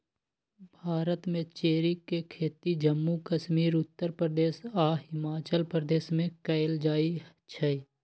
भारत में चेरी के खेती जम्मू कश्मीर उत्तर प्रदेश आ हिमाचल प्रदेश में कएल जाई छई